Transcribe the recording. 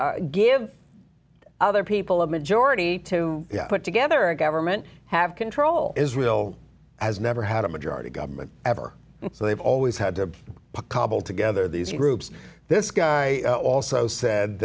give other people a majority to put together a government have control is will has never had a majority government ever so they've always had to cobble together these groups this guy also said